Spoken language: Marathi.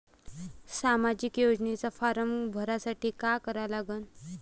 सामाजिक योजनेचा फारम भरासाठी का करा लागन?